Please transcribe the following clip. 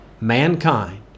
mankind